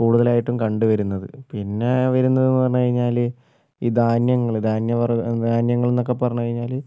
കൂടുതലായിട്ടും കണ്ട് വരുന്നത് പിന്നെ വരുന്നത് എന്ന് പറഞ്ഞ് കഴിഞ്ഞാല് ഇ ധാന്യങ്ങള് ധാന്യ വർഗ്ഗ ധാന്യങ്ങള് എന്നൊക്കെ പറഞ്ഞ് കഴിഞ്ഞാല്